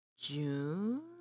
June